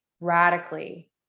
radically